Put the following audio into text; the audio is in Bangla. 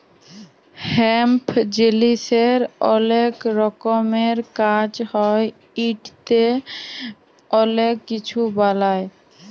হেম্প জিলিসের অলেক রকমের কাজ হ্যয় ইটতে অলেক কিছু বালাই